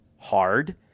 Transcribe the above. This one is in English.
hard